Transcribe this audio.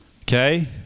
okay